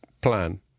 plan